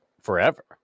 forever